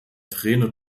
trainer